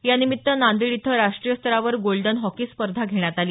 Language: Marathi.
यानिमित्त नांदेड इथं राष्ट्रीय स्तरावर गोल्डन हॉकी स्पर्धा घेण्यात आली